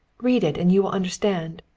read it and you will understand.